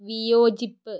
വിയോചിപ്പ്